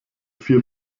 vier